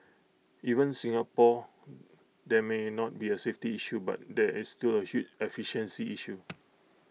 even Singapore there may not be A safety issue but there is still A huge efficiency issue